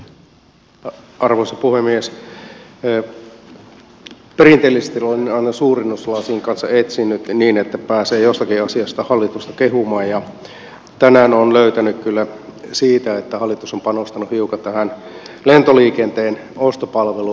perinteellisesti olen aina suurennuslasin kanssa etsinyt niin että pääsee jostakin asiasta hallitusta kehumaan ja tänään olen löytänyt kehumista kyllä siitä että hallitus on panostanut hiukan tähän lentoliikenteen ostopalveluun